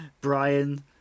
Brian